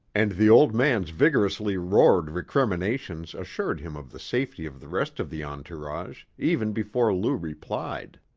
and the old man's vigorously roared recriminations assured him of the safety of the rest of the entourage even before lou replied.